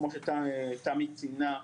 כמו שתמי ציינה,